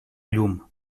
llum